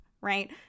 right